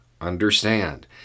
understand